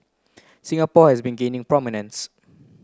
Singapore has been gaining prominences